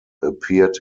appeared